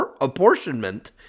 apportionment